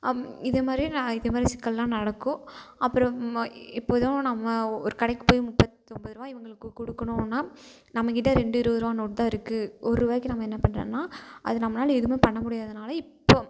அம் இதே மாதிரி நான் இது மாதிரி சிக்கலெலாம் நடக்கும் அப்புறம் இப்போது ஏதோ நம்ம ஒரு கடைக்கு போய் முப்பத்து ஒம்பது ருபா இவங்களுக்கு கொடுக்கணுனா நம்மக் கிட்டே ரெண்டு இருபது ருபா நோட் தான் இருக்குது ஒருருவாய்க்கி நம்ம என்ன பண்ணுறோன்னா அது நம்மளால் எதுவுமே பண்ண முடியாதனால் இப்போது